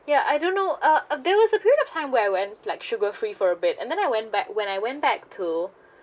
ya I don't know uh there was a period of time where I went like sugar free for a bit and then I went back when I went back to